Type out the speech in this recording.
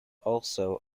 also